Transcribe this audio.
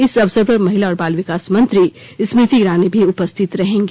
इस अवसर पर महिला और बाल विकास मंत्री स्मृति ईरानी भी उपस्थित रहेंगी